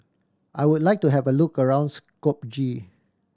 I would like to have a look around Skopje